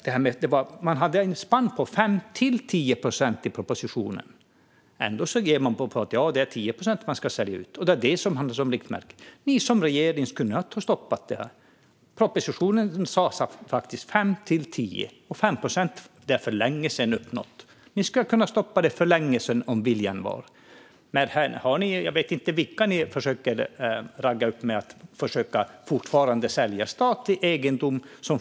Det fanns ett spann på mellan 5 och 10 procent i propositionen, men ändå menar man nu att det är 10 procent man ska sälja ut. Det är det som är riktmärket. Ni som regering kunde ha stoppat detta. I propositionen stod det faktiskt 5-10 procent, och 5 procent uppnåddes för länge sedan. Ni skulle ha kunnat stoppa det här för länge sedan om viljan hade funnits, men jag vet inte vilka det är som ni försöker ragga upp med att fortfarande sälja statlig egendom.